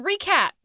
recap